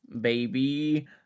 baby